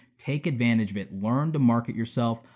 take advantage of it, learn to market yourself,